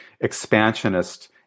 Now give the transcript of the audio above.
expansionist